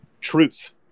truth